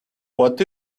what